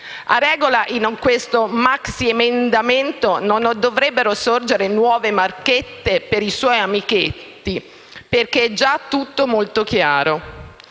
A regola, in questo maxiemendamento non dovrebbero sorgere nuove marchette per i suoi amichetti perché è già tutto molto chiaro.